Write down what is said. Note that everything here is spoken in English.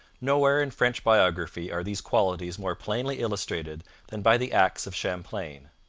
nowhere in french biography are these qualities more plainly illustrated than by the acts of champlain.